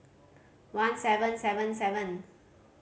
one seven sevent seven